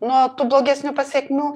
nuo tų blogesnių pasekmių